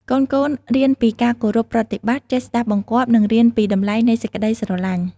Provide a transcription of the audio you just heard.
កូនៗរៀនពីការគោរពប្រតិបត្តិ ចេះស្តាប់បង្គាប់ និងរៀនពីតម្លៃនៃសេចក្តីស្រឡាញ់។